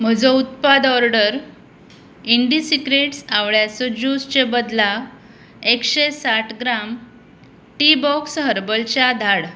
म्हजो उत्पाद ऑर्डर इंडीसिक्रेट्स आंवळ्याचो जूसचें बदला एकशें साठ ग्राम टी बॉक्स हर्बल च्या धाड